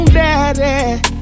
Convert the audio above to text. daddy